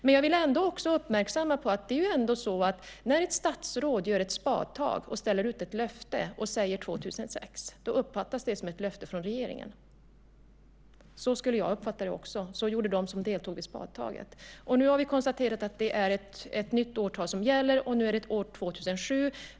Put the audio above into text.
Men jag vill ändå uppmärksamma på att när ett statsråd gör ett spadtag och ställer ut ett löfte om 2006 uppfattas det som löfte från regeringen. Så skulle jag också ha uppfattat det och det gjorde de som var med vid spadtaget. Nu är det ett nytt årtal som gäller, 2007.